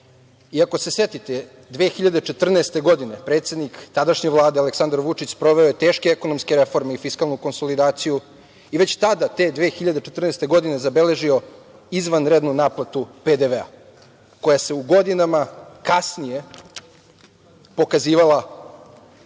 Ako se setite 2014. godine, predsednik tadašnje Vlade Aleksandar Vučić sproveo je teške ekonomske reforme i fiskalnu konsolidaciju i već tada, te 2014. godine zabeležio izvanrednu naplatu PDV-a, koja se u godinama kasnije pokazivala